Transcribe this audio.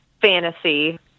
Fantasy